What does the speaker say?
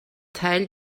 teil